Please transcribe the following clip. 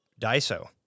Daiso